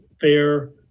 fair